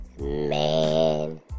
Man